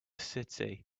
city